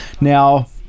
Now